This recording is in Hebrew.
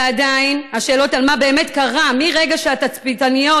ועדיין השאלות על מה באמת קרה מהרגע שהתצפיתניות